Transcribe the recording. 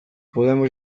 podemos